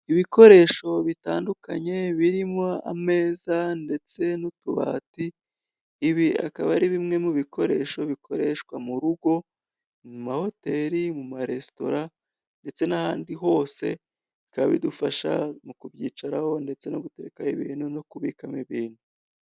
Ibikoresho bitandukanye birimo ameza ndetse n'utubati, ibi akaba ari bimwe mu bikoresho bikoreshwa mu rugo, mu mahoteli, mu maresitora ndetse n'ahandi hose. Bikaba bidufasha mu kubyicaraho ndetse no guterekaho ibintu no kubikamo ibintu.